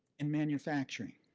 and manufacturing.